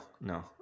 no